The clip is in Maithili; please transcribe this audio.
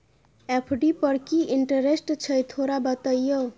एफ.डी पर की इंटेरेस्ट छय थोरा बतईयो?